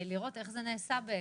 על מנת לראות איך זה נעשה בעצם.